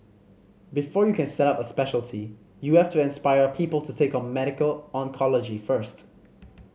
before you can set up a speciality you have to inspire people to take on medical oncology first